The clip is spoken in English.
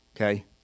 Okay